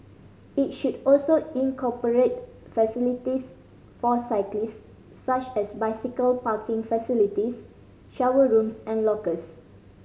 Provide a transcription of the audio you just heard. it should also incorporate facilities for cyclists such as bicycle parking facilities shower rooms and lockers